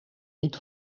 niet